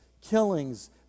killings